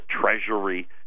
Treasury